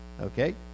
Okay